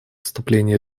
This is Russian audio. вступление